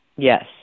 Yes